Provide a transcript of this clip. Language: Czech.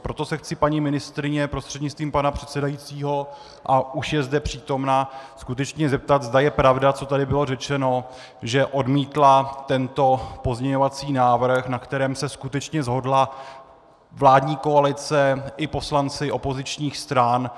Proto se chci paní ministryně prostřednictvím pana předsedajícího, a už je zde přítomna, skutečně zeptat, zda je pravda, co tady bylo řečeno, že odmítla tento pozměňovací návrh, na kterém se skutečně shodla vládní koalice i poslanci opozičních stran.